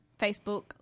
Facebook